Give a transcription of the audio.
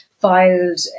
filed